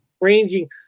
ranging